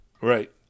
Right